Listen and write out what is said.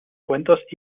cuentos